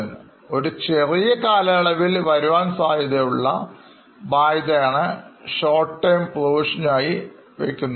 ഒരു ഒരു ചെറിയ കാലയളവിൽവരുവാൻ സാധ്യതയുള്ള ബാധ്യത വേണ്ടിയാണ്short term provisions വെക്കുന്നത്